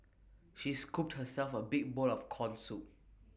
she scooped herself A big bowl of Corn Soup